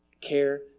care